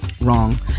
wrong